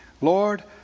Lord